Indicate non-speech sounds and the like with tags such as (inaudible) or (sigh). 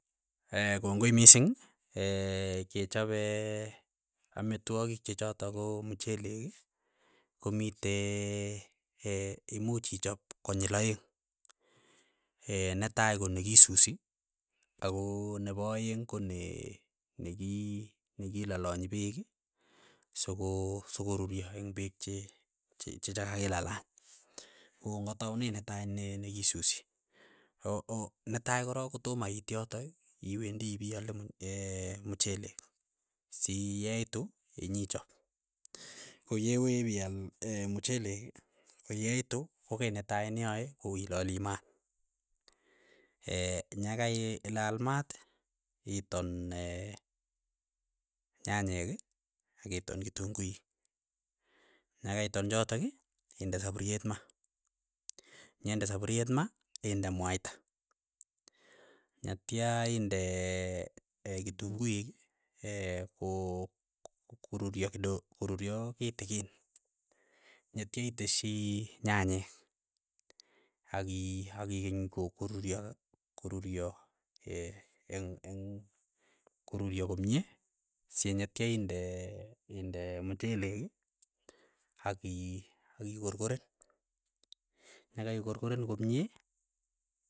(hesitation) kongoi mising, (hesitation) kechop (hesitation) amitwogik che chotok ko mchelek komite (hesitation) imuch ichap konyil aeng', (hesitation) netai konikisusi ako nepo aeng' ko ne ne ki nekilalanyi peek soko soko ruryo eng' peek che- che- chakakilalany, ko ng'ataune netai ne nekisusi, o- o netai korok kotamo iit yotok iwendi ipiale m (hesitation) mchelek si yeitu inyichop, ko yewe ipial (hesitation) mchelek, ko yeitu ko kei netai niyae ko ilali maat, (hesitation) nyakailaal maat, iton (hesitation) nyanyek akiton kitunguik, nyakaiton chotok, inde sapuriet maa, nyende sapuriet ma, inde mwaita, netia inde e kitunguik (hesitation) ko koruryo kidogo, koruryo kitikin, netya iteshi nyanyek aki aki keny ko- koruryo koruryo (hesitation) eng' eng' koruryo komie sinetya inde inde mchelek aki akikorkoren, nakaikorkoren komie.